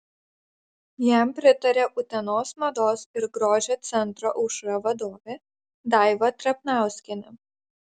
jam pritarė utenos mados ir grožio centro aušra vadovė daiva trapnauskienė